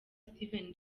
steven